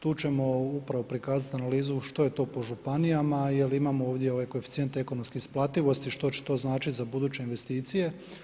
Tu ćemo upravo prikazat analizu što je to po županijama jel imamo ovdje ovaj koeficijent ekonomske isplativosti što će to značit za buduće investicije.